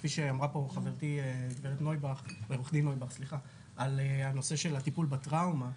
כפי שאמרה חברתי עו"ד נויבך על הנושא של הטיפול בטראומה,